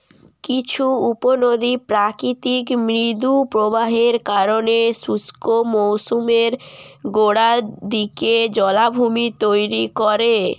কিছু উপনদী প্রাকৃতিক মৃদু প্রবাহের কারণে শুষ্ক মৌসুমের গোড়ার দিকে জলাভূমি তৈরি করে